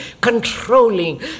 controlling